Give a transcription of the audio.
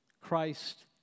Christ